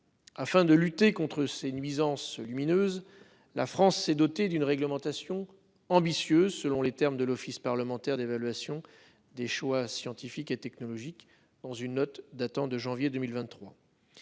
Afin de lutter contre ses nuisances lumineuses. La France s'est dotée d'une réglementation ambitieuse, selon les termes de l'Office parlementaire d'évaluation des choix scientifiques et technologiques, dans une note datant de janvier 2023.